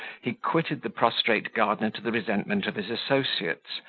he quitted the prostrate gardener to the resentment of his associates,